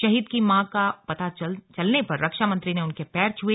शहीद की मां का पता चलने पर रक्षा मंत्री ने उनके पैर छुए